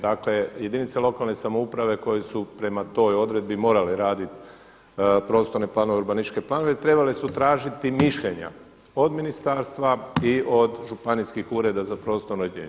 Dakle jedinice lokalne samouprave koje su prema toj odredbi morale raditi prostorne planove, urbanističke planove trebale su tražiti mišljenja od ministarstva i od županijskih ureda za prostorno uređenje.